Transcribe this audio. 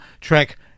track